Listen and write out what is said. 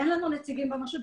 אין לנו נציגים ברשות,